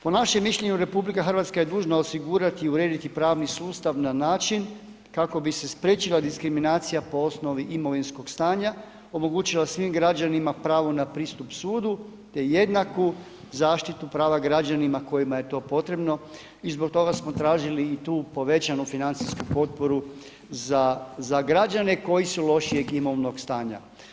Po našem mišljenju RH je dužna osigurati i urediti pravni sustav na način kako bi se spriječila diskriminacija po osnovi imovinskog stanja, omogućila svim građanima pravo na pristup sudu te jednaku zaštitu prava građanima kojima je to potrebno i zbog toga smo tražili i tu povećanu financijsku potporu za građane koji su lošijeg imovnog stanja.